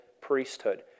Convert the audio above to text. priesthood